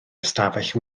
ystafell